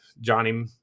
Johnny